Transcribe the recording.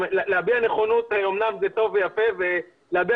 להביע נכונות אמנם זה טוב ויפה ולהביע